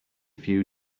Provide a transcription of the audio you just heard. few